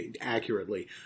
accurately